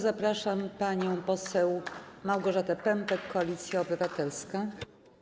Zapraszam panią poseł Małgorzatę Pępek, Koalicja Obywatelska.